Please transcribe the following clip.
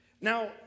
Now